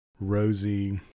rosy